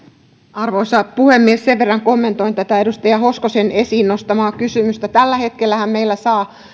arvoisa puhemies tämän verran kommentoin edustaja hoskosen esiin nostamaa kysymystä tällä hetkellähän meillä saa